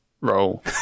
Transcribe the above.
roll